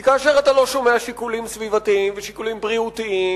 כי כאשר אתה לא שומע שיקולים סביבתיים ושיקולים בריאותיים,